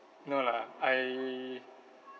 no lah I